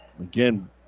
Again